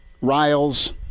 Riles